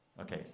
Okay